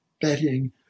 betting